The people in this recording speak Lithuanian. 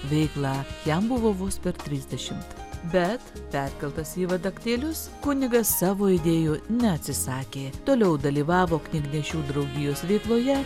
veiklą jam buvo vos per trisdešimt bet perkeltas į vadaktėlius kunigas savo idėjų neatsisakė toliau dalyvavo knygnešių draugijos veikloje